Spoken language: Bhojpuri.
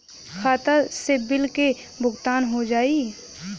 खाता से बिल के भुगतान हो जाई?